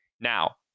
Now